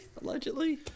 Allegedly